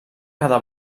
cada